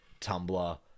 Tumblr